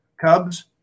Cubs